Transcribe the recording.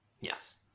yes